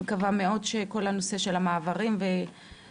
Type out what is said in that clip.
אני מקווה מאוד שכל הנושא של המעברים ושלום